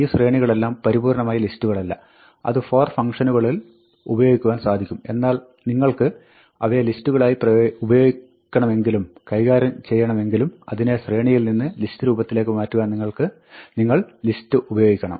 ഈ ശ്രേണികളെല്ലാം പരിപൂർണ്ണമായി ലിസ്റ്റുകളല്ല അത് for ഫംങ്ക്ഷനുകളിൽ ഉപയോഗിക്കുവാൻ സാധിക്കും എന്നാൽ നിങ്ങൾക്ക് അവയെ ലിസ്റ്റുകളായി ഉപയോഗിക്കണമെങ്കിലും കൈകാര്യം ചെയ്യണമെങ്കിലും അതിനെ ശ്രേണിയിൽ നിന്നും ലിസ്റ്റ് രൂപത്തിലേക്ക് മാറ്റുവാൻ നിങ്ങൾ list ഉപയോഗിക്കണം